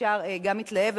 ישר התלהב,